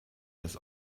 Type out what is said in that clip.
des